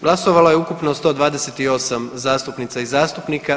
Glasovalo je ukupno 128 zastupnica i zastupnika.